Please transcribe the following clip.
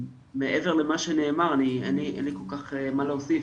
מעבר למה שנאמר, אין לי כל כך מה להוסיף.